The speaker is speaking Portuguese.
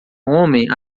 homem